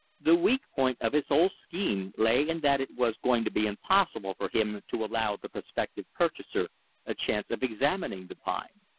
the weak point of his whole scheme lay in that it was going to be impossible for him to allow the prospective purchaser a chance of examining the pine.